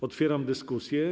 Otwieram dyskusję.